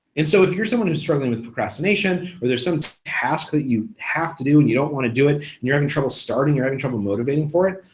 and so if you're someone who's struggling with procrastination, or there's some task that you have to do and you don't wanna do it, and you're having trouble starting, you're having trouble motivating for it,